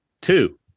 two